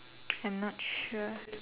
I'm not sure